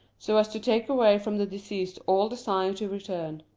so as to take away from the deceased all desire to return.